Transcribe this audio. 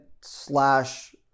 slash